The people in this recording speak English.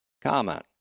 comment